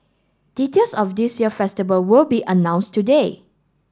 details of this year festival will be announced today